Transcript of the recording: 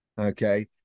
okay